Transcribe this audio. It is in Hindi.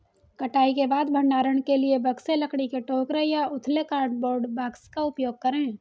कटाई के बाद भंडारण के लिए बक्से, लकड़ी के टोकरे या उथले कार्डबोर्ड बॉक्स का उपयोग करे